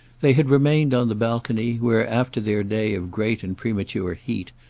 they had remained on the balcony, where, after their day of great and premature heat,